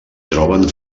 troben